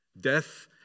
Death